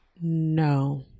no